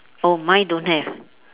oh mine don't have